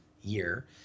year